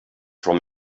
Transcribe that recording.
from